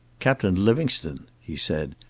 captain livingstone! he said,